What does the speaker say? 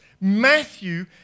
Matthew